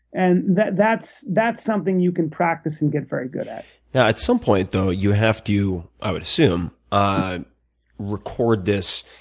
and that's that's something you can practice and get very good at. yeah, at some point, though, you have to, i would assume, ah record this,